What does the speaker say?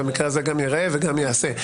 במקרה הזה גם ייראה וגם ייעשה.